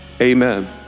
Amen